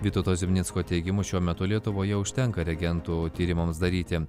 vytauto zimnicko teigimu šiuo metu lietuvoje užtenka reagentų tyrimams daryti